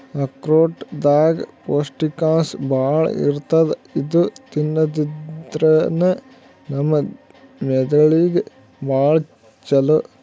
ಆಕ್ರೋಟ್ ದಾಗ್ ಪೌಷ್ಟಿಕಾಂಶ್ ಭಾಳ್ ಇರ್ತದ್ ಇದು ತಿನ್ನದ್ರಿನ್ದ ನಮ್ ಮೆದಳಿಗ್ ಭಾಳ್ ಛಲೋ